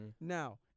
Now